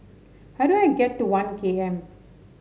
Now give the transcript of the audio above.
how do I get to One K M